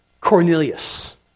Cornelius